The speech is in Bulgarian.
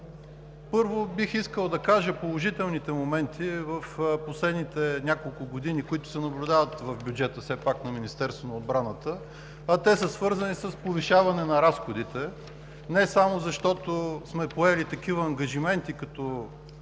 Първо, бих искал да кажа положителните моменти в последните няколко години, които се наблюдават в бюджета на Министерството на отбраната, а те са свързани с повишаване на разходите не само защото сме поели такива ангажименти като